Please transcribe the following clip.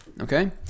Okay